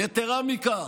יתרה מזו,